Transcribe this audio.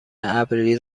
عبری